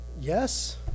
yes